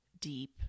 deep